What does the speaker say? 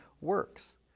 works